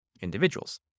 individuals